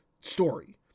story